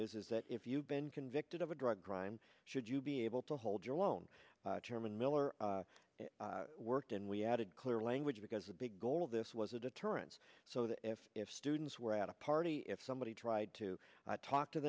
is is that if you've been convicted of a drug crime should you be able to hold your loan herman miller worked and we added clear language because the big goal of this was a deterrence so that if if students were at a party if somebody tried to talk to